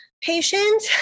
patient